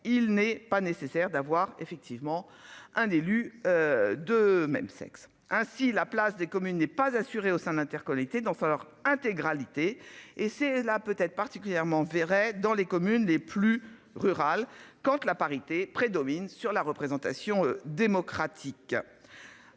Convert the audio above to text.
il n'est pas nécessaire d'avoir effectivement un élu. De même sexe ainsi la place des communes n'est pas assurée au sein d'interconnecter dans leur intégralité et c'est là peut être particulièrement verrait dans les communes les plus rurales compte la parité prédominent sur la représentation démocratique.